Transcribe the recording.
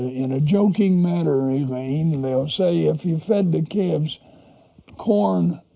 ah in a joking manner, elaine, they'll say if you fed the calves corn